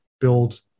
build